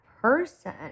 person